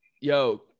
yo